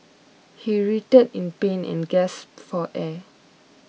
he writhed in pain and gasped for air